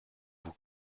vos